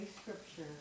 scripture